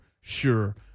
Sure